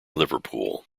liverpool